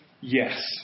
yes